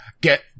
Get